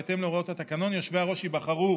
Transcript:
בהתאם להוראות התקנון, יושבי-הראש ייבחרו